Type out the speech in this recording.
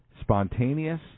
Spontaneous